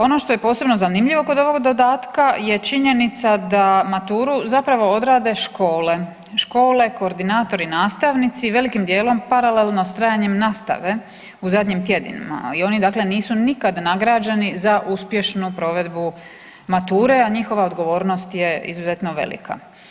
Ono što je posebno zanimljivo kod ovog dodatka je činjenica da maturu zapravo odrade škole, škole, koordinatori i nastavnici, veliki djelom paralelno s trajanjem nastave u zadnjim tjednima ali oni dakle nisu nikad nagrađeni za uspješnu provedbu mature a njihova odgovornost je izuzetno velika.